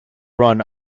ran